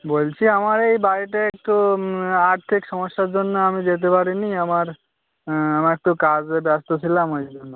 বলছি আমার এই বাড়িতে একটু আর্থিক সমস্যার জন্য আমি যেতে পারি নি আমার আমার একটু কাজে ব্যস্ত ছিলাম ওই জন্য